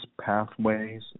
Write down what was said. pathways